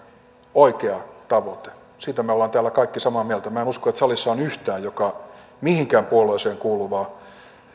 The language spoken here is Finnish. oikea tavoite siitä me olemme täällä kaikki samaa mieltä minä en usko että salissa on yhtään mihinkään puolueeseen kuuluvaa